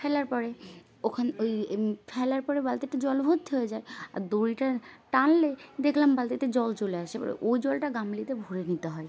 ফেলার পরে ওখানে ওই ফেলার পরে বালতিটা জল ভর্তি হয়ে যায় আর দড়িটা টানলে দেখলাম বালতিতে জল চলে আসে এবার ওই জলটা গামলিতে ভরে নিতে হয়